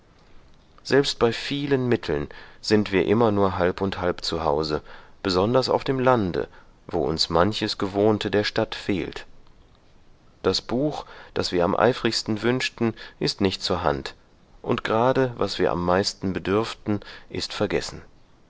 selbst bei vielen mitteln sind wir immer nur halb und halb zu hause besonders auf dem lande wo uns manches gewohnte der stadt fehlt das buch das wir am eifrigsten wünschten ist nicht zur hand und gerade was wir am meisten bedürften ist vergessen